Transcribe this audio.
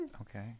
Okay